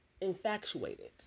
infatuated